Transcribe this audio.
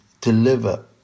deliver